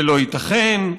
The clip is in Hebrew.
ולא ייתכן,